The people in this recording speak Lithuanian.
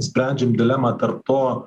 sprendžiam dilemą tarp to